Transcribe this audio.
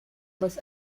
was